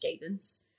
guidance